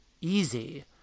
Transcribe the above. easy